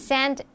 Send